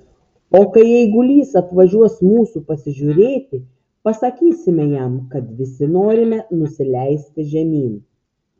o kai eigulys atvažiuos mūsų pasižiūrėti pasakysime jam kad visi norime nusileisti žemyn